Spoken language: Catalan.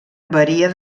varia